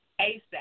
ASAP